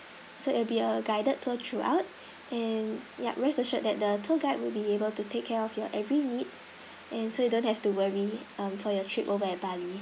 so it'll be a guided tour throughout and yup rest assured that the tour guide will be able to take care of your every needs and so you don't have to worry um for your trip over at bali